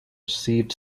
received